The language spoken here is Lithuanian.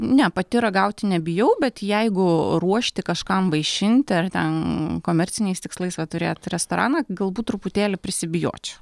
ne pati ragauti nebijau bet jeigu ruošti kažkam vaišinti ar ten komerciniais tikslais va turėt restoraną galbūt truputėlį prisibijočiau